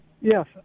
Yes